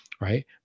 right